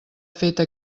feta